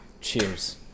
cheers